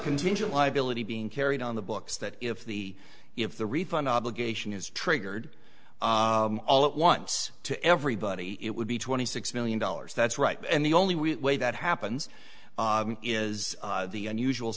contingent liability being carried on the books that if the if the refund obligation is triggered all at once to everybody it would be twenty six million dollars that's right and the only way that happens is the unusual